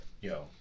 Yo